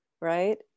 right